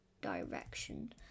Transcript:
direction